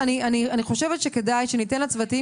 מקדם דמוגרפי,